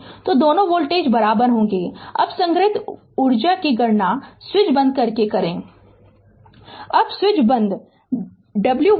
तो दोनों वोल्टेज बराबर होंगे अब संग्रहीत ऊर्जा की गणना स्विच बंद करके करें